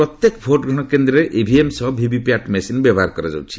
ପ୍ରତ୍ୟେକ ଭୋଟ୍ଗ୍ରହଣ କେନ୍ଦ୍ରରେ ଇଭିଏମ୍ ସହ ପିଭିପ୍ୟାଟ୍ ମେସିନ ବ୍ୟବହାର କରାଯାଉଛି